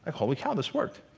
holy cow, this worked.